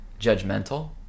judgmental